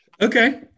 Okay